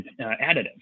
additive